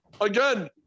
Again